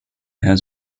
has